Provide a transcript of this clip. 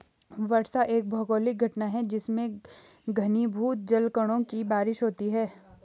वर्षा एक भौगोलिक घटना है जिसमें घनीभूत जलकणों की बारिश होती है